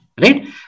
Right